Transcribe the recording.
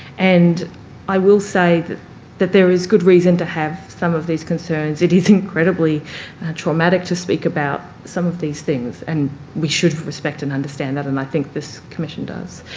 and i will say that that there is good reason to have some of these concerns. it is incredibly traumatic to speak about some of these things, and we should respect and understand that and i think this commission does.